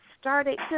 started